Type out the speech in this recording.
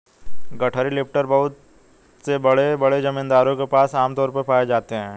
गठरी लिफ्टर बहुत से बड़े बड़े जमींदारों के पास आम तौर पर पाए जाते है